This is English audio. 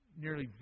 nearly